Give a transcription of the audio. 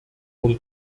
wurde